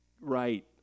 Right